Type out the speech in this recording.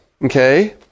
Okay